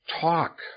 talk